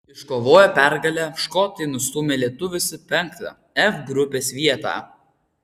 iškovoję pergalę škotai nustūmė lietuvius į penktą f grupės vietą